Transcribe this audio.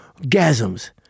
gasms